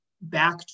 back